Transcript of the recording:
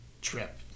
Trip